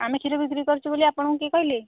ଆମେ କ୍ଷୀର ବିକ୍ରି କରୁଛୁ ବୋଲି ଆପଣଙ୍କୁ କିଏ କହିଲେ